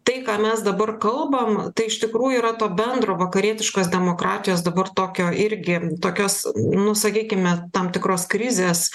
tai ką mes dabar kalbam tai iš tikrųjų yra to bendro vakarietiškos demokratijos dabar tokio irgi tokios nu sakykime tam tikros krizės